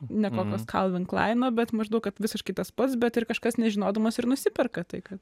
ne kokios kalvin klaino bet maždaug kad visiškai tas pats bet ir kažkas nežinodamas ir nusiperka tai kad